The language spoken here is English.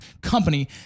company